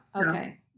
Okay